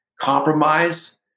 compromise